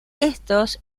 estos